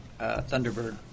Thunderbird